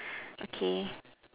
okay